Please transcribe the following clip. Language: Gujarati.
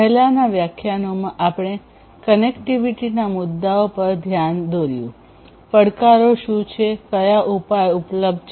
પહેલાનાં વ્યાખ્યાનોમાં આપણે કનેક્ટિવિટીનાં મુદ્દાઓ પર ધ્યાન આપ્યું પડકારો શું છે કયા ઉપાય ઉપલબ્ધ છે